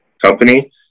company